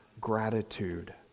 gratitude